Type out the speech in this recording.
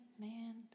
man